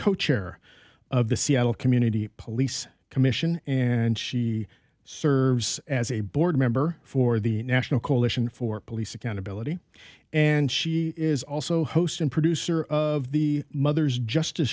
co chair of the seattle community police commission and she serves as a board member for the national coalition for police accountability and she is also host and producer of the mother's justice